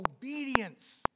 obedience